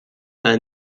avec